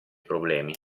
problemi